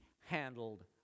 handled